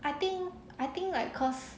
I think I think like cause